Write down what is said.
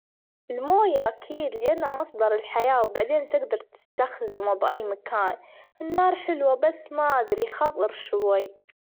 الموية أكيد لأنها مصدر الحياة، وبعدين تجدر تستخدم بأي مكان، النار حلوة بس ما أدري خطر شوي.